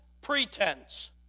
pretense